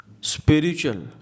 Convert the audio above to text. spiritual